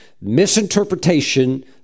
misinterpretation